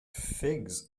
figs